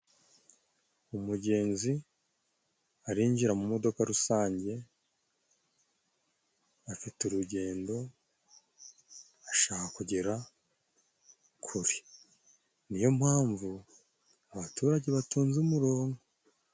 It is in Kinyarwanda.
Umugenzi arinjira mu modoka rusange, afite urugendo ,ashaka kugera kure. Niyo mpamvu abaturage batonze umurongo.